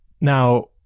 Now